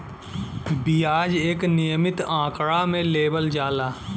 बियाज एक नियमित आंकड़ा मे लेवल जाला